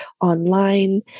online